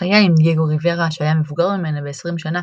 חייה עם דייגו ריברה, שהיה מבוגר ממנה בעשרים שנה,